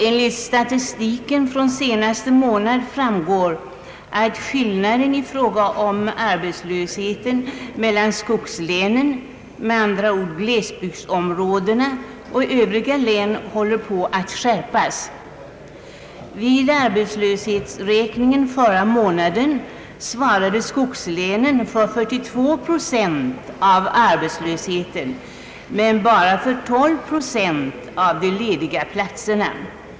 Av statistiken från den senaste månaden framgår att skillnaden i fråga om övriga län håller på att skärpas. Vid arbetslöshetsräkningen förra månaden svarade skogslänen för 42 procent av arbetslösheten men bara för 12 procent av de lediga platserna.